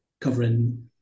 covering